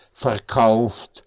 verkauft